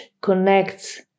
connects